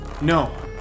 No